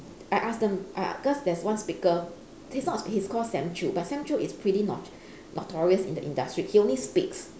I ask them I because there's one speaker he's not he's called sam chew but sam chew is pretty not~ notorious in the industry he only speaks